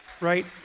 Right